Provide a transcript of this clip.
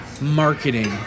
marketing